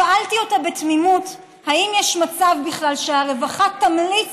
שאלתי אותה בתמימות: האם יש מצב בכלל שהרווחה תמליץ